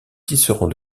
tisserand